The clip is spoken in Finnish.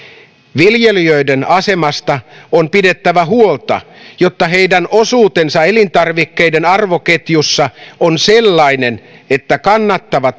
viljelijöiden asemasta on pidettävä huolta jotta heidän osuutensa elintarvikkeiden arvoketjussa on sellainen että kannattava